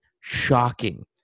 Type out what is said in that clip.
shocking